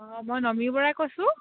অঁ মই নমী বৰাই কৈছোঁ